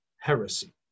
heresy